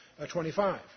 25